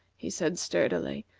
he said sturdily.